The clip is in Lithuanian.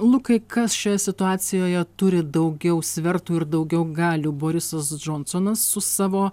lukai kas šioje situacijoje turi daugiau svertų ir daugiau galių borisas džonsonas su savo